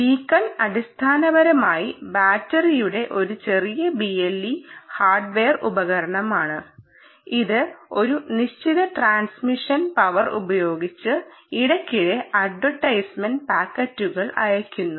beacon അടിസ്ഥാനപരമായി ബാറ്ററിയുള്ള ഒരു ചെറിയ BLE ഹാർഡ്വെയർ ഉപകരണമാണ് ഇത് ഒരു നിശ്ചിത ട്രാൻസ്മിഷൻ പവർ ഉപയോഗിച്ച് ഇടയ്ക്കിടെ അഡ്വർടൈംസ്മെന്റ് പാക്കറ്റുകൾ അയയ്ക്കുന്നു